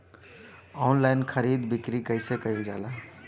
Online खरीद बिक्री कइसे कइल जाला?